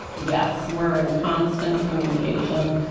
yes. we're in constant communication.